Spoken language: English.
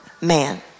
man